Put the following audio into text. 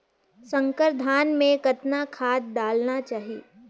संकर धान मे कतना खाद डालना चाही?